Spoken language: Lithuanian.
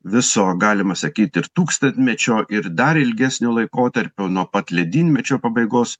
viso galima sakyt ir tūkstantmečio ir dar ilgesnio laikotarpio nuo pat ledynmečio pabaigos